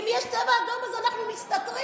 אם יש צבע אדום אז אנחנו מסתתרים,